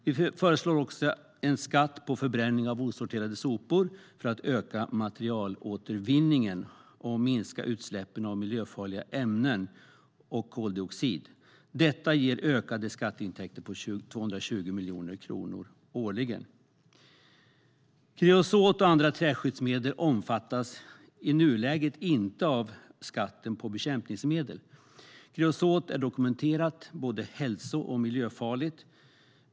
Vi föreslår också en skatt på förbränning av osorterade sopor för att öka materialåtervinningen och minska utsläppen av miljöfarliga ämnen och koldioxid. Detta ger ökade skatteintäkter på 220 miljoner kronor årligen. Kreosot och andra träskyddsmedel omfattas i nuläget inte av skatten på bekämpningsmedel. Kreosot är dokumenterat både hälso och miljöfarligt.